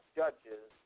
judges